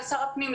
לשר הפנים,